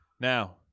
Now